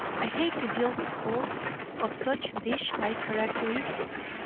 i hate to deal with folks of such fish-like characteristics.